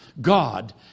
God